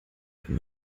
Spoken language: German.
wenn